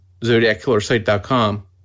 ZodiacKillerSite.com